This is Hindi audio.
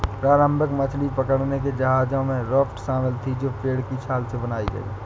प्रारंभिक मछली पकड़ने के जहाजों में राफ्ट शामिल थीं जो पेड़ की छाल से बनाई गई